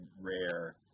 rare